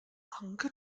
anke